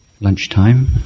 lunchtime